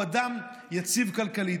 הוא אדם יציב כלכלית,